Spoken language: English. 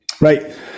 Right